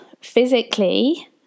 physically